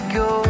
go